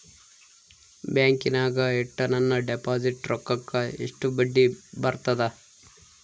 ಬ್ಯಾಂಕಿನಾಗ ಇಟ್ಟ ನನ್ನ ಡಿಪಾಸಿಟ್ ರೊಕ್ಕಕ್ಕ ಎಷ್ಟು ಬಡ್ಡಿ ಬರ್ತದ?